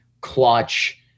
clutch